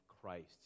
Christ